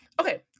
okay